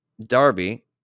Darby